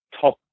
top